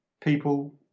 people